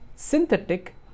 Synthetic